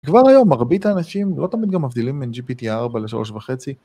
כבר היום מרבית האנשים, לא תמיד גם מבדילים מן gpt 4 ל 3.5